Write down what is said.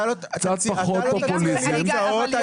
אתה לא תציע לי הצעות.